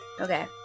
okay